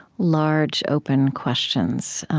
large, open questions